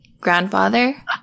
grandfather